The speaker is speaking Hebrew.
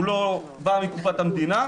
הוא לא בא מקופת המדינה